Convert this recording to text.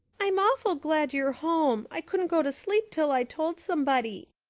i'm awful glad you're home. i couldn't go to sleep till i'd told somebody.